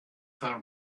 her